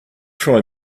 try